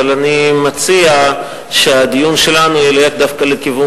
אבל אני מציע שהדיון שלנו ילך דווקא לכיוון